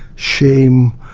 shame,